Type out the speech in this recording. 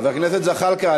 חבר הכנסת זחאלקה,